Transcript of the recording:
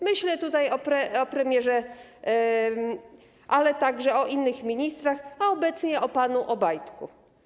Myślę tutaj o premierze, ale także o innych ministrach, a obecnie o panu Obajtku.